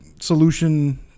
solution